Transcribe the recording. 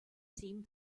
seemed